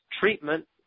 treatment